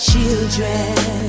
Children